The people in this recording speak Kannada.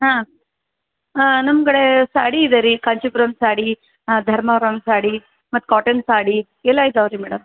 ಹಾಂ ಹಾಂ ನಮ್ಗಡೆ ಸಾಡಿ ಇದೆ ರೀ ಕಾಂಚಿಪುರಮ್ ಸಾಡಿ ಧರ್ಮಾವರಂ ಸಾಡಿ ಮತ್ತು ಕಾಟನ್ ಸಾಡಿ ಎಲ್ಲ ಇದಾವು ರೀ ಮೇಡಮ್